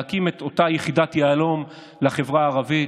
להקים את אותה יחידת יהלום לחברה הערבית,